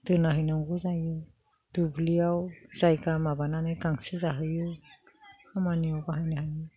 दोना हैनांगौ जायो दुब्लियाव जायगा माबानानै गांसो जाहोयो खामानियाव बाहायनो हायो